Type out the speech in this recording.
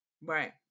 Right